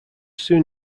soon